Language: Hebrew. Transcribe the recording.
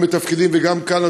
גם מתפקידי וגם כאן,